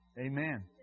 Amen